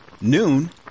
noon